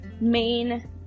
main